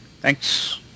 Thanks